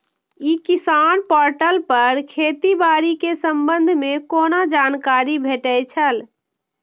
ई किसान पोर्टल पर खेती बाड़ी के संबंध में कोना जानकारी भेटय छल?